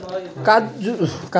काजुची कलमा केव्हा लावची?